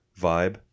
vibe